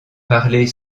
parlez